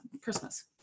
Christmas